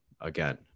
again